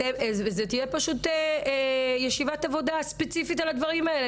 ותהיה ישיבת עבודה ספציפית על הדברים האלה.